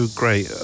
great